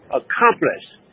accomplished